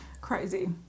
Crazy